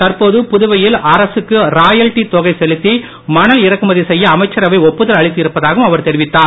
தற்போது புதுவையில் அரசுக்கு ராயல்டி தொகை செலுத்தி மணல் இறக்குமதி செய்ய அமைச்சரவை ஒப்புதல் அளித்து இருப்பதாகவும் அவர் தெரிவித்தார்